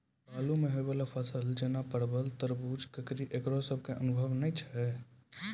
बालू मे होय वाला फसल जैना परबल, तरबूज, ककड़ी ईकरो सब के अनुभव नेय छै?